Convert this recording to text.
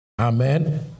Amen